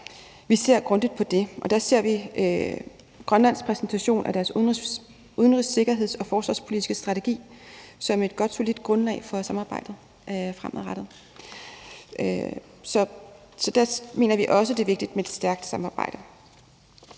vi ser grundigt på det. Der servi Grønlands præsentation af deres udenrigs-, sikkerheds- og forsvarspolitiske strategi som et godt, solidt grundlag for samarbejdet fremadrettet. Så dermener vi også, at det er vigtigt med et stærkt samarbejde.